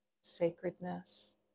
sacredness